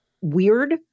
weird